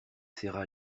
serra